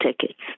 tickets